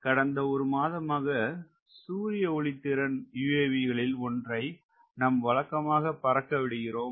கடந்த ஒரு மாதமாக சூரிய ஒளி திறன் UAV கலில் ஒன்றை நம் வழக்கமாக பறக்க விடுகிறோம்